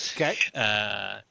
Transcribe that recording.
Okay